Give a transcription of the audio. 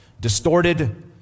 distorted